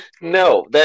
No